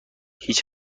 هیچ